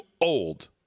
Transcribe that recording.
old